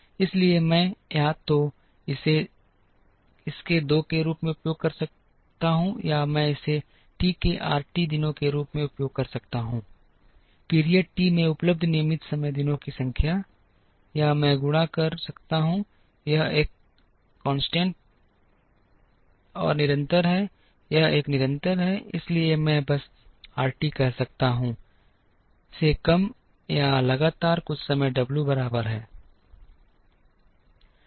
इसलिए मैं या तो इसे के 2 के रूप में उपयोग कर सकता हूं या मैं इसे टी के आरटी दिनों के रूप में उपयोग कर सकता हूं पीरियड टी में उपलब्ध नियमित समय दिनों की संख्या या मैं गुणा कर सकता हूं यह एक निरंतर है यह एक निरंतर है इसलिए मैं बस आरटी कह सकता हूं से कम या लगातार कुछ समय W बराबर है